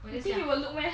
you think you will look meh